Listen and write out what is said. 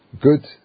Good